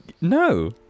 No